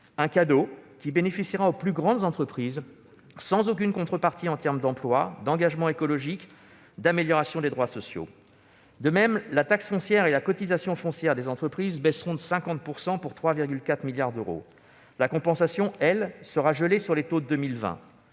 un cadeau qui bénéficiera aux plus grandes entreprises sans aucune contrepartie en termes d'emploi, d'engagement écologique ou d'amélioration des droits sociaux. De même, la taxe foncière et la cotisation foncière des entreprises baisseront de 50 %, pour 3,4 milliards d'euros. La compensation, elle, sera gelée sur les taux de 2020.